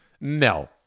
No